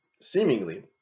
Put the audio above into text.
seemingly